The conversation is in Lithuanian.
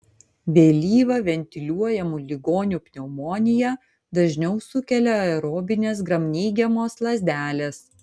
vėlyvą ventiliuojamų ligonių pneumoniją dažniau sukelia aerobinės gramneigiamos lazdelės